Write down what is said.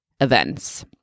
events